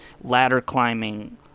ladder-climbing